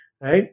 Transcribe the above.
right